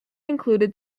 included